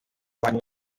wanyu